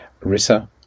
Rissa